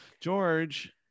george